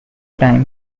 time